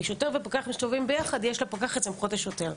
כי כששוטר ופקח מסתובבים ביחד יש לפקח את סמכות השוטר.